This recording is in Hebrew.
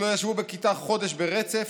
שלא ישבו בכיתה חודש ברצף,